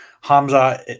Hamza